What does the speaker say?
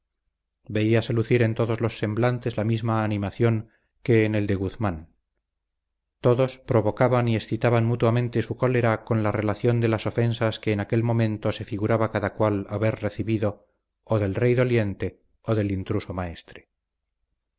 veíase lucir en todos los semblantes la misma animación que en el de guzmán todos provocaban y excitaban mutuamente su cólera con la relación de las ofensas que en aquel momento se figuraba cada cual haber recibido o del rey doliente o del intruso maestre